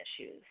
issues